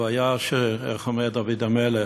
הבעיה, איך אומר דוד המלך?